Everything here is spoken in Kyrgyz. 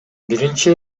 биринчи